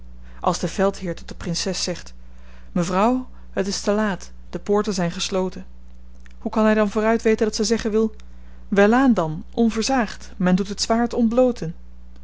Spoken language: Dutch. als de veldheer tot de prinses zegt mevrouw het is te laat de poorten zyn gesloten hoe kan hy dan vooruit weten dat zy zeggen wil welaan dan onversaagd men doe het zwaard ontblooten